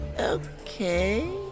Okay